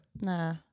nah